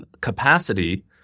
capacity